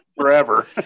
forever